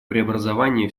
преобразования